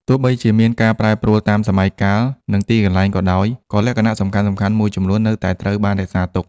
ទោះបីជាមានការប្រែប្រួលតាមសម័យកាល និងទីកន្លែងក៏ដោយ ក៏លក្ខណៈសំខាន់ៗមួយចំនួននៅតែត្រូវបានរក្សាទុក។